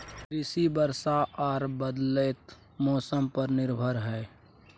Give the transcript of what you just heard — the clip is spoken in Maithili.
कृषि वर्षा आर बदलयत मौसम पर निर्भर हय